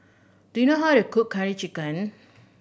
do you know how to cook Curry Chicken